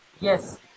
yes